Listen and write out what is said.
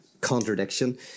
contradiction